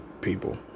people